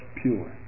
pure